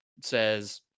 says